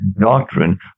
doctrine